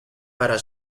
para